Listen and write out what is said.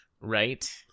Right